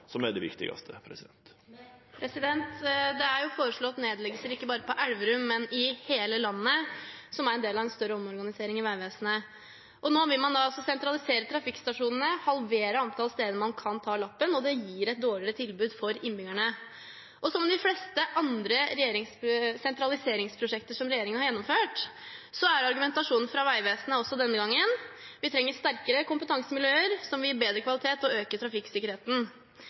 bare på Elverum, men i hele landet, som en del av en større omorganisering i Vegvesenet. Nå vil man sentralisere trafikkstasjonene, halvere antall steder man kan ta lappen, og det gir et dårligere tilbud for innbyggerne. Og som ved de fleste andre sentraliseringsprosjekter regjeringen har gjennomført, er argumentasjonen fra Vegvesenet også denne gangen at vi trenger sterkere kompetansemiljøer, som vil gi bedre kvalitet og øke trafikksikkerheten.